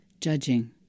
judging